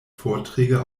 vorträge